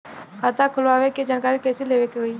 खाता खोलवावे के जानकारी कैसे लेवे के होई?